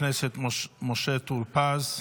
חבר הכנסת משה טור פז.